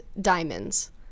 diamonds